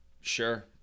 Sure